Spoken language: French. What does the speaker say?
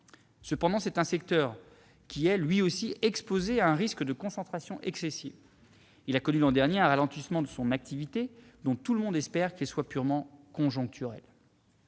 Cependant, c'est un secteur qui est, lui aussi, exposé à un risque de concentration excessive. Il a connu l'an dernier un ralentissement de son activité, dont tout le monde espère qu'il soit purement conjoncturel.